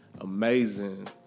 amazing